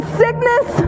sickness